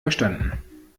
verstanden